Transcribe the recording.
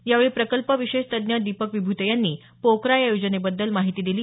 यावेळी प्रल्कप विषेश तज्ञ दिपक विभूते यांनी पोकरा या योजनेबद्दल माहिती दिली